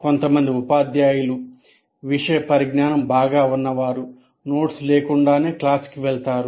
కొంతమంది ఉపాధ్యాయులు విషయ పరిజ్ఞానం బాగా ఉన్నవారు నోట్స్ లేకుండానే క్లాస్ కి వెళ్తారు